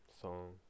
song